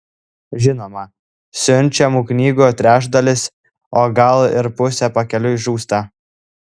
žinoma siunčiamų knygų trečdalis o gal ir pusė pakeliui žūsta